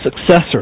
successor